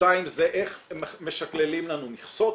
שתיים זה איך משקללים לנו מכסות.